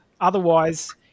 Otherwise